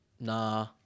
Nah